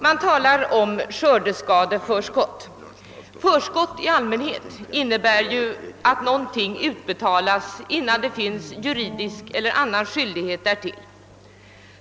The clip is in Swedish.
Man talar om skördeskadeförskott. Förskott i allmänhet innebär ju att någonting utbetalas innan det finns juridisk eller annan skyldighet därtill.